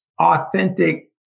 authentic